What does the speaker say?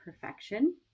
perfection